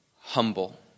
humble